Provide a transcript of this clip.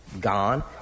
Gone